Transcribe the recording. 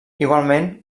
igualment